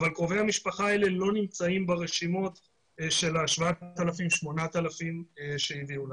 אבל קרובי המשפחה האלה לא נמצאים ברשימות של ה-8,000-7,000 שהביאו לנו.